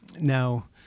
now